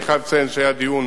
היה דיון